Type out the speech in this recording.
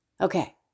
Okay